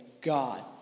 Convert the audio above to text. God